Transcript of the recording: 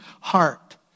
heart